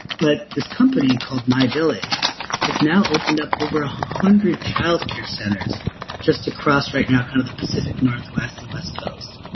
but this company called my village has now opened up over one hundred childcare centers just across right now kind of the pacific northwest and west coast.